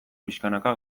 pixkanaka